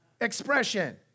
expression